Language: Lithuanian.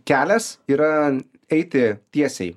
kelias yra eiti tiesiai